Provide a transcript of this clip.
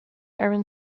aaron